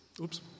Oops